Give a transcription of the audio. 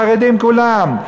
החרדים כולם,